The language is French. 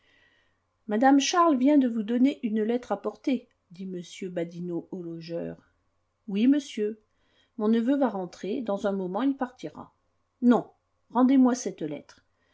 mme charles vient de vous donner une lettre à porter dit m badinot au logeur oui monsieur mon neveu va rentrer dans un moment il partira non rendez-moi cette lettre